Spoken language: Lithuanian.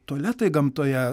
tualetai gamtoje